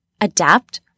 adapt